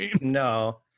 No